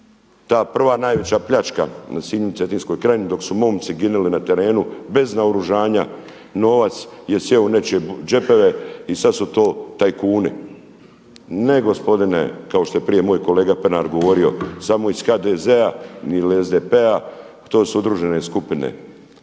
ta prva najveća pljačka na Sinju i cetinskoj krajini dok su momci ginuli na terenu bez naoružanja novac je sjeo u nečije džepove i sada su to tajkuni. Ne gospodine, kao što je prije moj kolega Pernar govorio, samo iz HDZ-a ili SDP-a to su udružene skupine